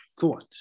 thought